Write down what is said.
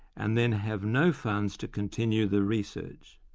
and then have no funds to continue the research.